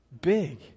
big